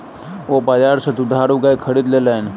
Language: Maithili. ओ बजार सा दुधारू गाय खरीद लेलैन